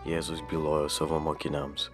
jėzus bylojo savo mokiniams